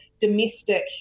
domestic